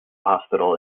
hospital